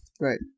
Right